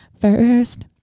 first